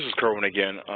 kerwin again.